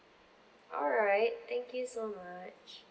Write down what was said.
alright thank you so much